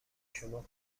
شما